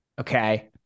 Okay